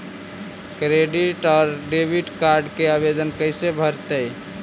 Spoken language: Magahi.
क्रेडिट और डेबिट कार्ड के आवेदन कैसे भरैतैय?